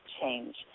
change